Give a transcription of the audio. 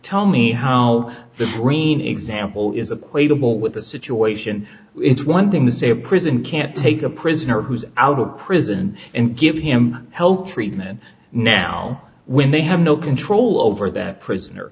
tell me how the brain example is a play ball with the situation it's one thing to say a prison can't take a prisoner who's out of prison and give him health treatment now when they have no control over that prisoner